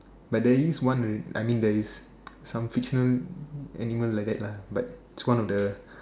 but there is one already I mean there is some fictional animal like that lah but it's one of the